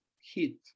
heat